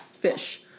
Fish